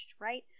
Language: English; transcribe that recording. right